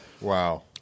Wow